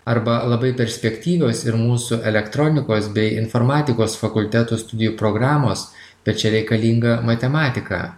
arba labai perspektyvios ir mūsų elektronikos bei informatikos fakultetų studijų programos bet čia reikalinga matematika